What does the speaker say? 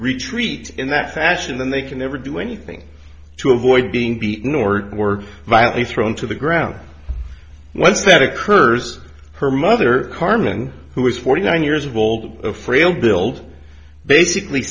retreat in that fashion then they can never do anything to avoid being be northward violently thrown to the ground once that occurs her mother carmen who is forty nine years old a frail build basically